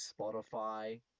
Spotify